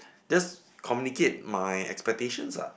just communicate my expectations lah